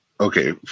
okay